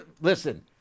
Listen